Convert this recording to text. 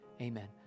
Amen